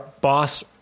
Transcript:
boss